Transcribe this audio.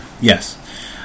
Yes